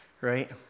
right